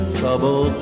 trouble